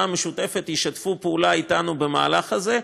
המשותפת ישתפו פעולה אתנו במהלך הזה,